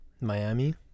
Miami